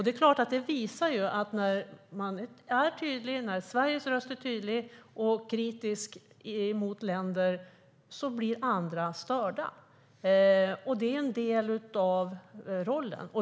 Det är klart att det visar att när Sveriges röst är tydlig och kritisk mot länder blir andra störda. Det är en del av rollen.